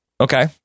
Okay